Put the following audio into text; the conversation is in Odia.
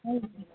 ଭଲ୍କି